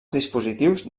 dispositius